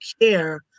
care